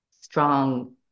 strong